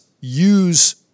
use